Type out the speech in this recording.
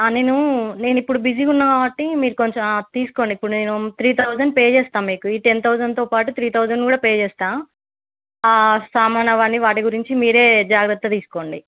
నేను నేను ఇప్పుడు బిజీగా ఉన్నా కాబట్టి మీరు కొంచెం అది తీసుకోండి ఇప్పుడు నేను త్రీ థౌజండ్ పే చేస్తాను మీకు ఈ టెన్ థౌజండ్తో పాటు త్రీ థౌజండ్ కూడా పే చేస్తాను సామాను అవన్నీ వాటి గురించి మీరే జాగ్రత్త తీసుకోండి